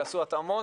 יעשו התאמות